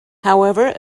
however